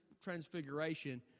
Transfiguration